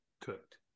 cooked